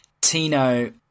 Tino